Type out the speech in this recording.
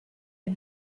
had